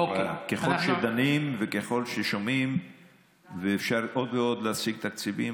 ככל שדנים וככל ששומעים ואפשר עוד ועוד להשיג תקציבים,